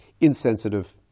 insensitive